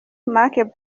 marc